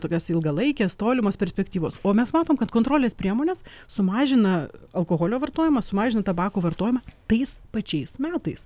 tokios ilgalaikės tolimos perspektyvos o mes matom kad kontrolės priemonės sumažina alkoholio vartojimą sumažina tabako vartojimą tais pačiais metais